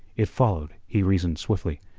it followed, he reasoned swiftly,